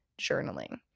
journaling